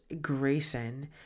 Grayson